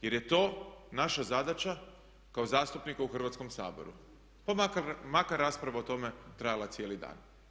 Jer je to naša zadaća kao zastupnika u Hrvatskom saboru pa makar rasprava o tome trajala cijeli dan.